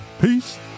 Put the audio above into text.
Peace